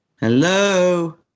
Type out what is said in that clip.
Hello